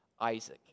Isaac